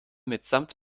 mitsamt